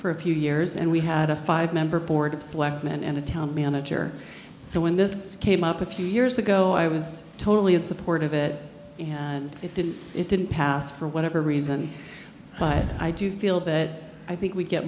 for a few years and we had a five member board of selectmen and a town manager so when this came up a few years ago i was totally in support of it and it didn't it didn't pass for whatever reason but i do feel that i think we get